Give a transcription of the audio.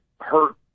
hurt